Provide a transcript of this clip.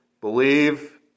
believe